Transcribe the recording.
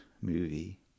movie